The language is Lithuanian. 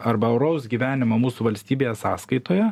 arba oraus gyvenimo mūsų valstybėje sąskaitoje